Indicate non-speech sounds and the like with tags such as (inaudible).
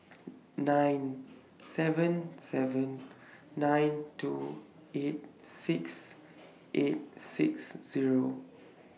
(noise) nine seven seven nine two eight six eight six Zero